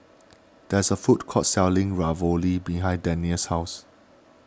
there is a food court selling Ravioli behind Dannielle's house